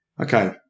Okay